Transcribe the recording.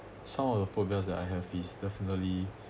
some of the progress that I have is definitely